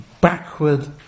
backward